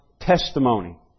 testimony